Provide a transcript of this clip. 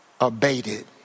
abated